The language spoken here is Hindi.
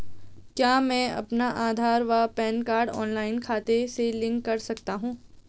क्या मैं अपना आधार व पैन कार्ड ऑनलाइन खाते से लिंक कर सकता हूँ?